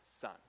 son